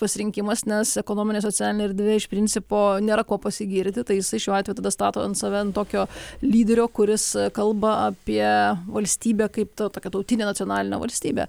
pasirinkimas nes ekonominė socialinė erdvė iš principo nėra ko pasigirti tai jisai šiuo atveju tada stato ant save ant tokio lyderio kuris kalba apie valstybę kaip tą tokią tautinę nacionalinio valstybę